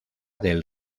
del